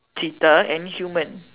cheetah and human